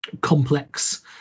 complex